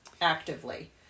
actively